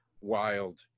wild